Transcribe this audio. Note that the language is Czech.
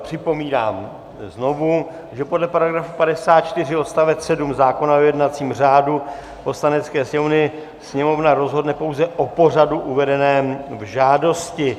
Připomínám znovu, že podle § 54 odst. 7 zákona o jednacím řádu Poslanecké sněmovny Sněmovna rozhodne pouze o pořadu uvedeném v žádosti.